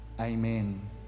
Amen